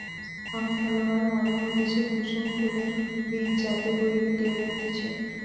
sunflower মানে হতিছে কুসুম ফুলের বীজ যাতে কইরে তেল হতিছে